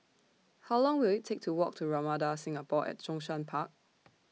How Long Will IT Take to Walk to Ramada Singapore At Zhongshan Park